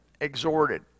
exhorted